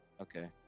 Okay